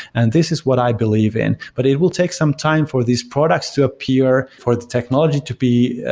and this is what i believe in. but it will take some time for these products to appear for the technology to be